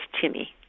Timmy